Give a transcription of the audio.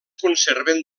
conserven